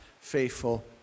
faithful